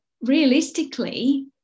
realistically